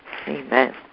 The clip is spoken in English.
Amen